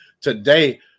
today